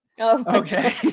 Okay